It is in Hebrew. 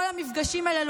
כל המפגשים הללו,